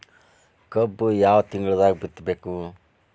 ಕಬ್ಬು ಯಾವ ತಿಂಗಳದಾಗ ಬಿತ್ತಬೇಕು?